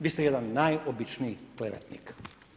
Vi ste jedan najobičniji klevetnik.